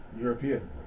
European